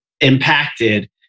impacted